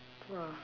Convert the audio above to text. !wah!